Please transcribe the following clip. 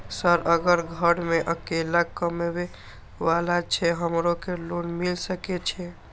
Sir अगर घर में अकेला कमबे वाला छे हमरो के लोन मिल सके छे?